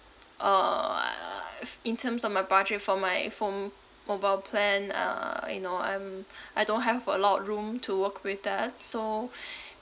uh in terms of my budget for my phone mobile plan uh you know I'm I don't have a lot of room to work with that so